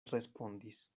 respondis